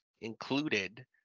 included